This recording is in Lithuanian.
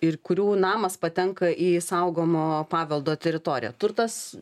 ir kurių namas patenka į saugomo paveldo teritoriją turtas